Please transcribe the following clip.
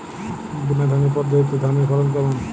বুনাধানের পদ্ধতিতে ধানের ফলন কেমন?